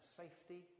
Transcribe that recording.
safety